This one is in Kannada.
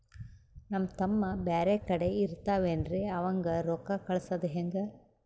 ನಮ್ ತಮ್ಮ ಬ್ಯಾರೆ ಕಡೆ ಇರತಾವೇನ್ರಿ ಅವಂಗ ರೋಕ್ಕ ಕಳಸದ ಹೆಂಗ?